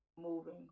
moving